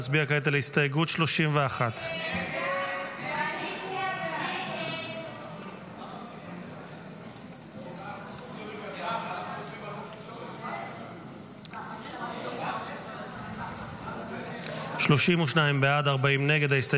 נצביע כעת על הסתייגות שמספרה 29. הצבעה.